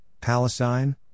Palestine